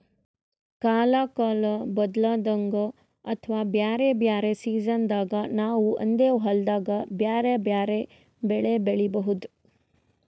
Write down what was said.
ಕಲ್ಕಾಲ್ ಬದ್ಲಾದಂಗ್ ಅಥವಾ ಬ್ಯಾರೆ ಬ್ಯಾರೆ ಸಿಜನ್ದಾಗ್ ನಾವ್ ಒಂದೇ ಹೊಲ್ದಾಗ್ ಬ್ಯಾರೆ ಬ್ಯಾರೆ ಬೆಳಿ ಬೆಳಿಬಹುದ್